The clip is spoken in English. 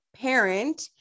parent